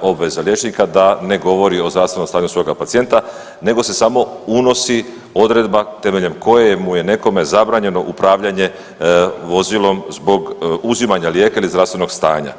obveza liječnika da ne govori o zdravstvenom stanju svoga pacijenta, nego se samo unosi odredba temeljem koje mu je nekome zabranjeno upravljanje vozilom zbog uzimanja lijeka ili zdravstvenog stanja.